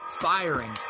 Firing